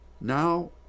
now